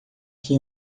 que